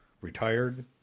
retired